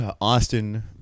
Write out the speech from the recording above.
Austin